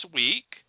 week